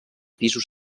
pisos